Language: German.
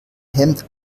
hemd